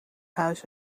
huis